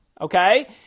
okay